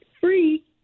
Free